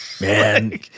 Man